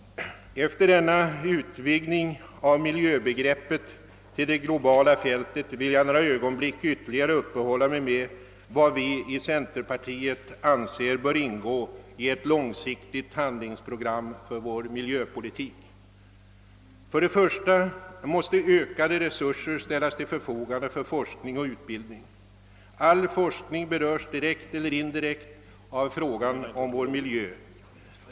Efter denna utvidgning av miljöbegreppet till det globala fältet vill jag några ögonblick ytterligare uppehålla mig vid vad vi i centerpartiet anser bör ingå i ett långsiktigt handlingsprogram för vår miljöpolitik. Främst måste ökade resurser ställas till förfogande för forskning och utbildning. All forskning berörs direkt eller indirekt av frågan om vår miljö.